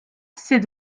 c’est